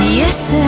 yes